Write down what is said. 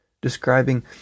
describing